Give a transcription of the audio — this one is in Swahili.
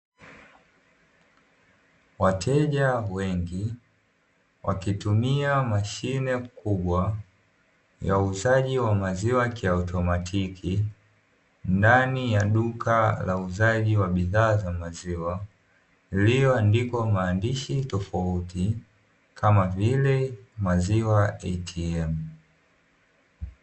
Wateja wengi wakitumia mashine kubwa ya uuzaji wa maziwa kiautomatiki, ndani ya duka la uuzaji wa bidhaa za maziwa lililoandikwa maandishi tofauti kama vile ''Maziwa Atm''.